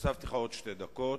הוספתי לך עוד שתי דקות.